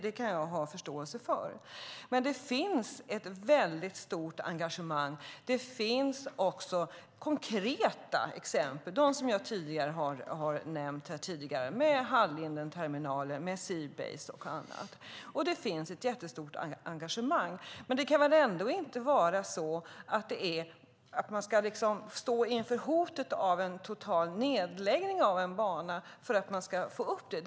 Det kan jag ha förståelse för. Men det finns ett väldigt stort engagemang. Det finns också konkreta exempel som jag har nämnt här tidigare: Hallinden Terminal, Seabased och annat. Det finns ett jättestort engagemang. Men det kan väl ändå inte vara så att man ska stå inför hotet om en total nedläggning av en bana för att fånga upp det?